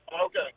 Okay